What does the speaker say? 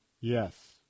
Yes